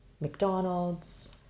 McDonald's